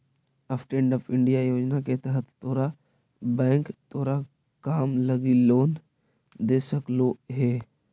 stand up India योजना के तहत तोरा बैंक तोर काम लागी लोन दे सकलो हे